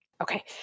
Okay